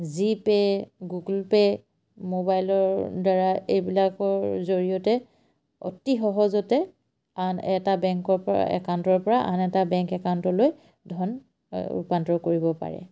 G pay Google pay মোবাইলৰদ্বাৰা এইবিলাকৰ জৰিয়তে অতি সহজতে আন এটা বেংকৰপৰা একাউণ্টৰপৰা আন এটা বেংক একাউণ্টলৈ ধন ৰূপান্ত কৰিব পাৰে